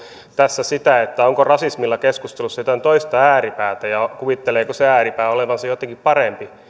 tässä onko rasismilla keskustelussa jotain toista ääripäätä ja kuvitteleeko se ääripää olevansa jotenkin parempi